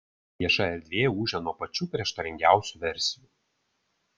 vieša erdvė ūžia nuo pačių prieštaringiausių versijų